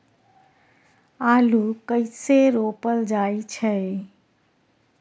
आलू कइसे रोपल जाय छै?